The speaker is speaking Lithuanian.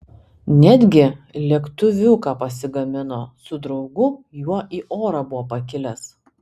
netgi lėktuviuką pasigamino su draugu juo į orą buvo pakilęs